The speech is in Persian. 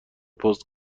پست